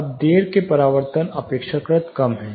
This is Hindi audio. अब देर के परावर्तन अपेक्षाकृत कम हैं